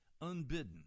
unbidden